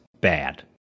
bad